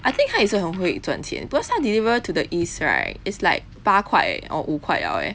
I think 她也是很会赚钱 because 她 deliver to the east right is like 八块 or 五块了 eh